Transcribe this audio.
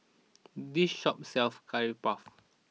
this shop sells Curry Puff